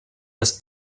bez